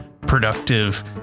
productive